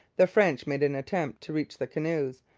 the french made an attempt to reach the canoes,